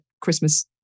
Christmas